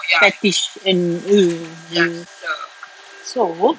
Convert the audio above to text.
fetish and err err so